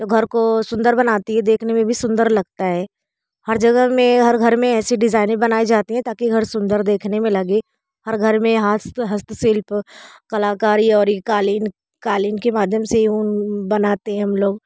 जो घर को सुंदर बनाती है देखने में भी सुंदर लगता है हर जगह में हर घर में ऐसी डिज़ाइनें बनाई जाती हैं ताकि घर सुंदर देखने में लगे हर घर में हस्त हस्तशिल्प कलाकारी और ये क़ालीन क़ालीन के माध्यम से ही ऊन बनाते हम लोग